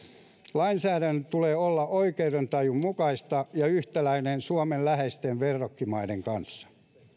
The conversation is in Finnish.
lainsäädännön tulee olla oikeudentajun mukaista ja yhtäläinen suomelle läheisten verrokkimaiden kanssa